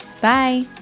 Bye